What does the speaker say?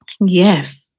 Yes